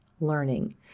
learning